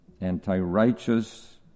anti-righteous